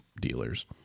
dealers